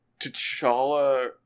T'Challa